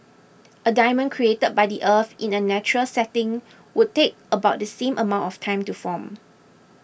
a diamond created by the earth in a natural setting would take about the same amount of time to form